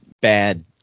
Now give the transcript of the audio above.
bad